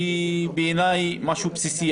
שבעיניי היא משהו בסיסי.